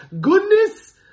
goodness